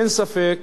אין ספק,